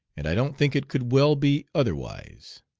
and i don't think it could well be otherwise.